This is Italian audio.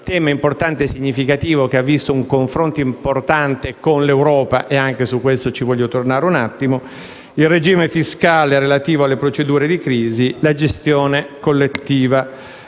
tema rilevante e significativo che ha visto un confronto importante in Europa e anche su questo voglio tornare - del regime fiscale relativo alle procedure di crisi e della gestione collettiva